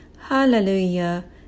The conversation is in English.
hallelujah